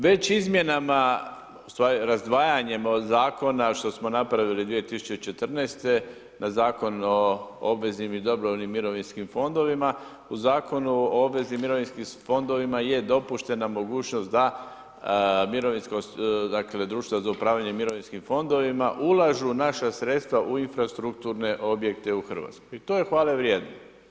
Već izmjenama, razdvajanjem zakona što smo napravili 2014. na Zakon o obveznim i dobrovoljnim mirovinskim fondovima u Zakonu o obveznim mirovinskim fondovima je dopuštena mogućnost da mirovinsko, dakle, društva za upravljanje mirovinskim fondovima ulažu naša sredstva u infrastrukturne objekte u Hrvatskoj i to je hvale vrijedno.